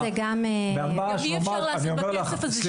ממש ממש אני אומר לך,